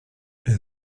est